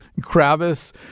Kravis